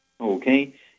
Okay